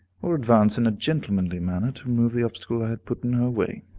or advance in a gentlemanly manner to remove the obstacle i had put in her way.